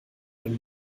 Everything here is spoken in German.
und